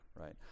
right